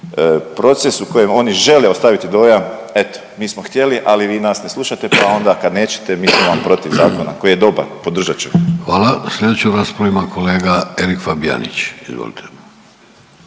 proces u kojem oni žele ostaviti dojam eto mi smo htjeli ali vi nas ne slušate, pa onda kad nećete mi imamo protiv zakona koji je dobar, podržat ćemo. **Vidović, Davorko (Socijaldemokrati)** Hvala.